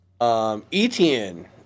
Etienne